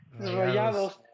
rayados